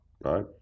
right